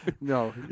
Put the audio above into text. No